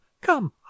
come